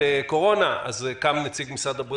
זה כמובן עלה